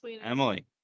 emily